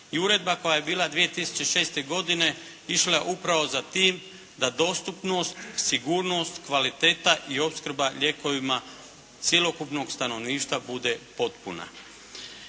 I Uredba koja je bila 2006. godine išla je upravo za tim da dostupnost, sigurnost, kvaliteta i opskrba lijekovima cjelokupnog stanovništva bude potpuna.